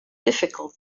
difficult